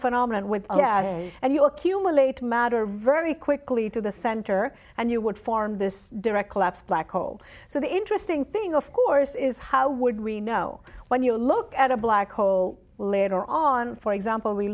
phenomenon with and you accumulate matter very quickly to the center and you would form this direct lapse black hole so the interesting thing of course is how would we know when you look at a black hole later on for example we